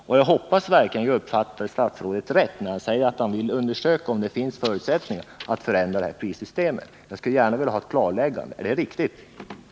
Och jag hoppas verkligen att jag uppfattade statsrådet rätt när han sade att han ville undersöka om det finns förutsättningar att förändra det här prissystemet. Jag skulle gärna vilja ha ett klarläggande om detta. Är det här riktigt?